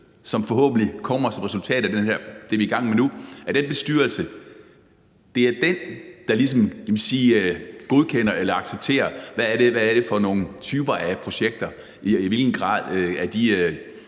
som forhåbentlig kommer som resultat af det, vi er i gang med nu, der ligesom godkender eller accepterer, hvad det er for nogle typer af projekter der skal være,